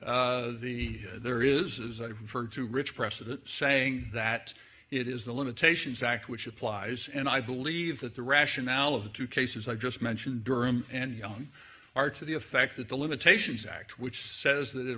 the there is as i've referred to rich precedent saying that it is the limitations act which applies and i believe that the rationale of the two cases i just mentioned durham and yun are to the effect that the limitations act which says that it